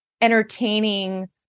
entertaining